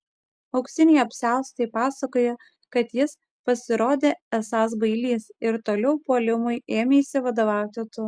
auksiniai apsiaustai pasakoja kad jis pasirodė esąs bailys ir toliau puolimui ėmeisi vadovauti tu